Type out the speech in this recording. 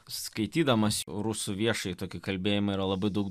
skaitydamas rusų viešąjį tokį kalbėjimą yra labai daug